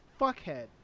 fuckhead